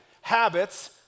Habits